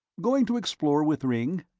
going to explore with ringg?